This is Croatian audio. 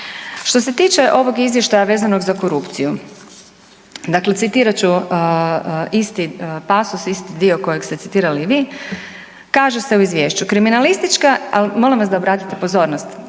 Što se tiče ovog izvještaja vezanog za korupciju, dakle citirat ću isti pasos, isti dio kojeg ste citirali i vi. Kaže se u Izvješću: „Kriminalistička“ ali molim vas da obratite pozornost,